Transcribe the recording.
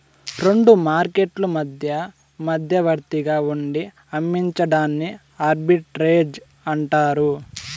రెండు మార్కెట్లు మధ్య మధ్యవర్తిగా ఉండి అమ్మించడాన్ని ఆర్బిట్రేజ్ అంటారు